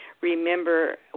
remember